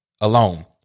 alone